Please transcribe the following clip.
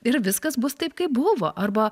ir viskas bus taip kaip buvo arba